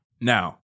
Now